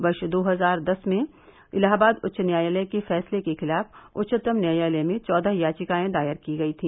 वर्ष दो हजार दस में इलाहाबाद उच्च न्यायालय के फैसले के खिलाफ उच्चतम न्यायालय में चौदह याघिकाएं दायर की गई हैं